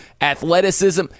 athleticism